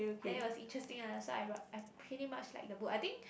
then it was interesting lah so I I pretty much like the book I think